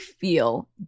feel